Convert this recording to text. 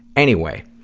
anyway,